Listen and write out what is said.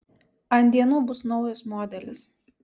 ant dienų bus naujas modelis